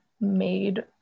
made